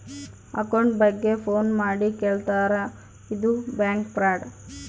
account ಬಗ್ಗೆ phone ಮಾಡಿ ಕೇಳ್ತಾರಾ ಇದು ಬ್ಯಾಂಕ್ ಫ್ರಾಡ್